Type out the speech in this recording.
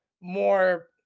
more